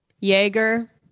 Jaeger